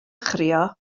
chrio